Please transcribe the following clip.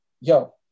yo